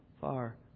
far